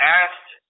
asked